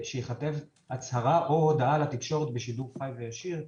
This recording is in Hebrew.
שייכתב הצהרה או הודעה לתקשורת בשידור חי וישיר,